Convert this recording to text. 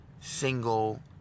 single